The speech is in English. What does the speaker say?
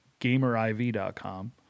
GamerIV.com